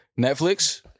Netflix